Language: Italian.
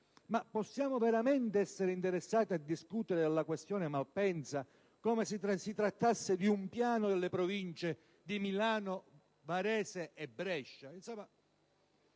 Ma possiamo veramente essere interessati a discutere della questione Malpensa come se si trattasse di un piano delle Province di Milano, Varese e Brescia?